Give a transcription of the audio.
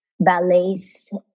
Ballets